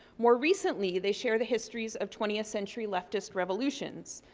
more recently, they shared the histories of twentieth century leftist revolutions.